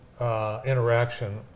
interaction